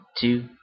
two